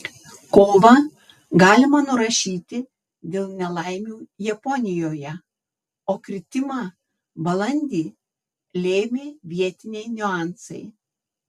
kovą galima nurašyti dėl nelaimių japonijoje o kritimą balandį lėmė vietiniai niuansai